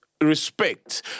respect